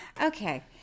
Okay